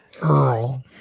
Earl